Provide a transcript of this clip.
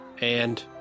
And